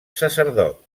sacerdot